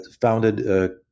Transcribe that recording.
founded